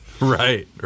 right